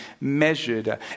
measured